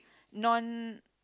non